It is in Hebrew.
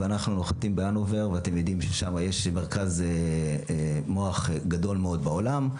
אנחנו נוחתים בהנובר ואתם יודעים ששם יש מרכז מוח גדול מאוד בעולם.